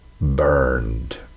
burned